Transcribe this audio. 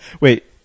Wait